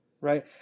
right